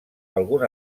algun